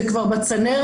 זה כבר בצנרת,